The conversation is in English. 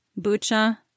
Bucha